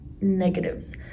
negatives